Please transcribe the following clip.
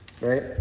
right